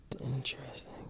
Interesting